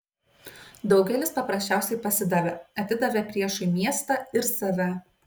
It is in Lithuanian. daugelis paprasčiausiai pasidavė atidavė priešui miestą ir save